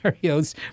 scenarios